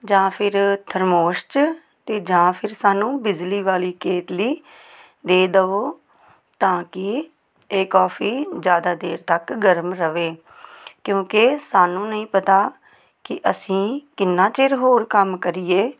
ਜਾਂ ਫਿਰ ਥਰਮੋਸ 'ਚ ਅਤੇ ਜਾਂ ਫਿਰ ਸਾਨੂੰ ਬਿਜਲੀ ਵਾਲੀ ਕੇਤਲੀ ਦੇ ਦੇਵੋ ਤਾਂ ਕਿ ਇਹ ਕੋਫੀ ਜ਼ਿਆਦਾ ਦੇਰ ਤੱਕ ਗਰਮ ਰਹੇ ਕਿਉਂਕਿ ਸਾਨੂੰ ਨਹੀਂ ਪਤਾ ਕਿ ਅਸੀਂ ਕਿੰਨਾ ਚਿਰ ਹੋਰ ਕੰਮ ਕਰੀਏ